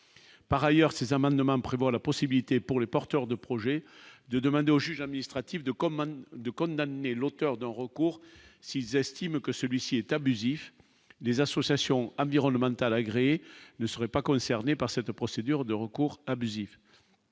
par ailleurs, ces amendements prévoient la possibilité pour les porteurs de projets, de demander au juge administratif de commandes de condamner l'auteur d'un recours s'ils estiment que celui-ci est abusif, les associations environnementales agréés ne seraient pas concerné par cette procédure de recours abusif,